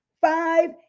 five